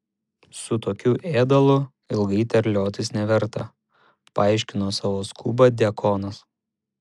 su tokiu ėdalu ilgai terliotis neverta paaiškino savo skubą diakonas